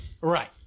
Right